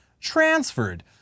transferred